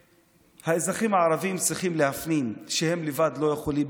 ושהאזרחים הערבים צריכים להפנים שהם לבד לא יכולים,